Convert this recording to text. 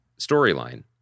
storyline